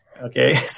Okay